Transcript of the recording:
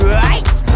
right